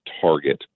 target